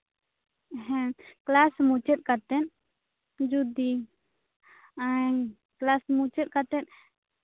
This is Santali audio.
ᱦᱮᱸ ᱠᱞᱟᱥ ᱢᱩᱪᱟᱹᱫ ᱠᱟᱛᱮ ᱡᱩᱫᱤ ᱮᱸᱜ ᱠᱞᱟᱥ ᱢᱩᱪᱟᱹᱫ ᱠᱟᱛᱮ